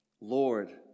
Lord